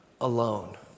alone